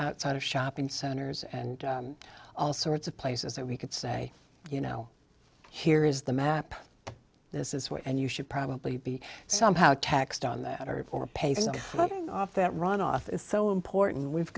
of shopping centers and all sorts of places that we could say you know here is the map this is what and you should probably be somehow taxed on that or or pay some off that runoff is so important we've